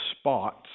spots